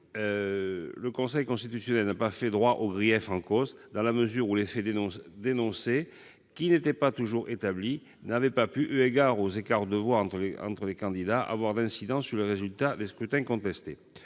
Le Conseil constitutionnel n'a pas fait droit aux griefs en cause, dans la mesure où les faits dénoncés, qui n'étaient pas toujours établis, n'avaient pas pu, eu égard aux écarts de voix entre les candidats, avoir d'incidence sur les résultats des scrutins contestés.